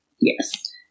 Yes